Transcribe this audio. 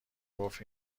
گفت